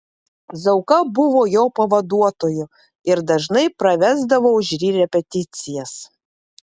zauka buvo jo pavaduotoju ir dažnai pravesdavo už jį repeticijas